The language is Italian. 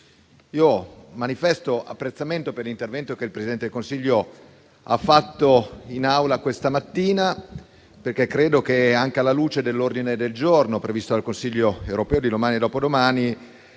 manifesto apprezzamento per l'intervento che il Presidente del Consiglio ha svolto in Aula questa mattina. Credo che, anche alla luce dell'ordine del giorno previsto dal Consiglio europeo di domani e dopodomani,